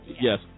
yes